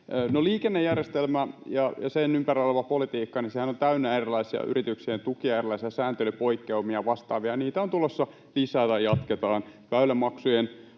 Liikennejärjestelmä ja sen ympärillä oleva politiikkahan on täynnä erilaisia yrityksien tukia, erilaisia sääntelypoikkeamia ja vastaavia, ja niitä on tulossa lisää. Jatketaan